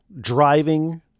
driving